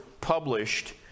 published